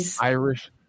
Irish